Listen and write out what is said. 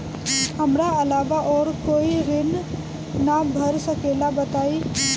हमरा अलावा और कोई ऋण ना भर सकेला बताई?